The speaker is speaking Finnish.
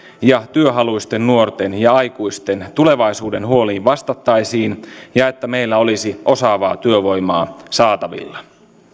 ja työhaluisten nuorten ja aikuisten tulevaisuudenhuoliin vastattaisiin ja että meillä olisi osaavaa työvoimaa saatavilla